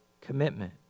commitment